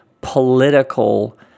political